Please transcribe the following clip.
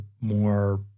more